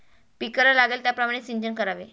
पिकाला लागेल त्याप्रमाणे सिंचन करावे